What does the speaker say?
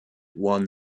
one